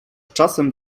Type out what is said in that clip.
czasem